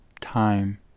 time